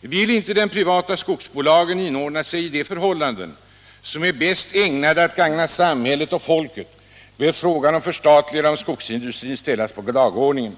”vill inte de privata skogsbolagen inordna sig i de förhållanden som bäst är ägnade att gagna samhället och folket bör frågan om förstatligande av skogsindustrin ställas på dagordningen”.